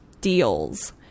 deals